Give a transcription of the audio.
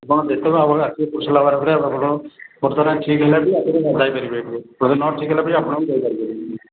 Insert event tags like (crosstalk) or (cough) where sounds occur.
ଆପଣ ଯେତେବେଳେ ଆମର ଆସିବେ (unintelligible) ଆପଣ (unintelligible) ଠିକ୍ ହେଲା ନି (unintelligible) ଯାଇପାରିବେନି ଆପଣ ଯଦି ନ ଠିକ୍ ନହେଲା ବି ଆପଣ ଯାଇପାରିବେନି